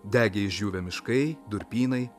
degė išdžiūvę miškai durpynai